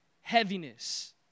heaviness